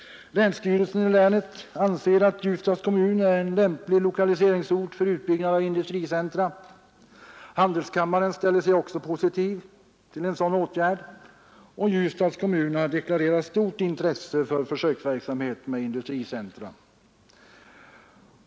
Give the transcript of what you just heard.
Länsstyrelsen anser att Ljusdals kommun är en lämplig lokaliseringsort för utbyggnad av ett industricentrum, handelskammaren ställer sig också positiv till en sådan åtgärd och Ljusdals kommun har deklarerat stort intresse för försöksverksamhet av denna art.